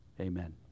Amen